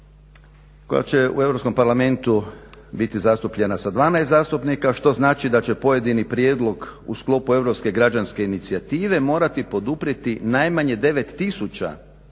parlamentu biti zastupljena sa 12 zastupnika što znači da će pojedini prijedlog u sklopu Europske građanske inicijative morati poduprijeti najmanje 9000